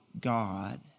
God